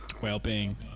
Well-being